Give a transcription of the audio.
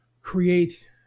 create